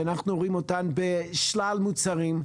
שאנחנו רואים אותן בשלל מוצרים,